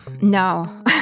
no